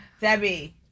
Debbie